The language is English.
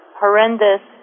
horrendous